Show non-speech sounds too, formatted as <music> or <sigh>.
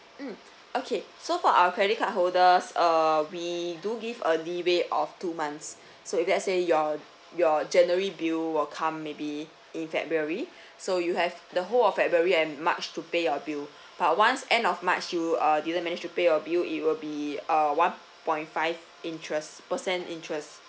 mm okay so for our credit card holders uh we do give a leeway of two months <breath> so if let say your your january bill will come maybe in february so you have the whole of february and march to pay your bill but once end of march you uh didn't manage to pay your bill it will be uh one point five interests percent interest